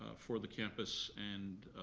ah for the campus, and